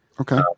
Okay